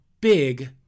big